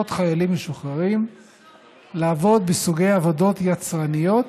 חיילים משוחררים לעבוד בסוגי עבודות יצרניות